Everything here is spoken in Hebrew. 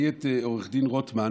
אני לא הכרתי את עו"ד רוטמן.